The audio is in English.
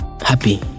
Happy